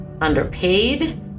underpaid